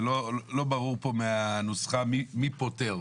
זה לא ברור פה מהנוסחה מי פוטר?